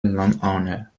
landowner